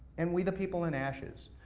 and we the people in ashes.